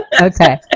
Okay